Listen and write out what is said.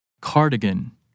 Cardigan